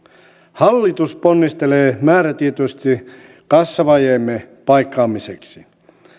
hallitus ponnistelee määrätietoisesti kassavajeemme paikkaamiseksi